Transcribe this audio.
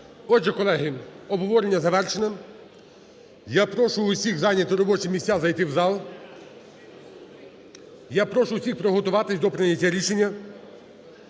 Отже, колеги, обговорення завершене. Я прошу усіх зайняти робочі місця, зайти в зал. Я прошу усіх приготуватися до прийняття рішення.